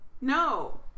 No